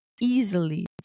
easily